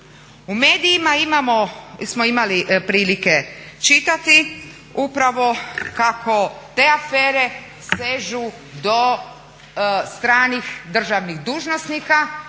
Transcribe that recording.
U medijima smo imali prilike čitati upravo kako te afere sežu do stranih državnih dužnosnika